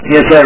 Yes